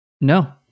no